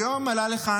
היום עלה לכאן,